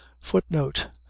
footnote